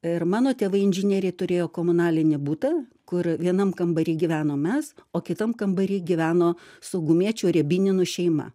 ir mano tėvai inžinieriai turėjo komunalinį butą kur vienam kambary gyvenom mes o kitam kambary gyveno saugumiečių riebininų šeima